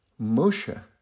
Moshe